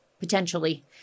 Potentially